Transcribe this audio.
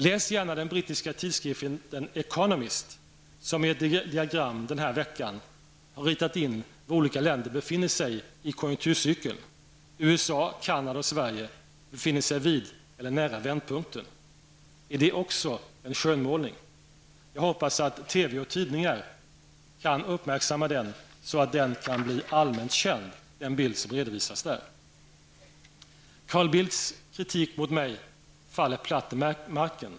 Läs gärna den brittiska tidskriften Economist, som den här veckan i ett diagram har ritat in var olika länder befinner sig i konjunkturcykeln. USA, Canada och Sverige befinner sig vid eller nära vändpunkten. Är det också en skönmålning? Jag hoppas att TV och tidningar uppmärksammar den bild som redovisas där, så att den blir allmänt känd. Carl Bildts kritik mot mig faller platt till marken.